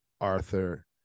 Arthur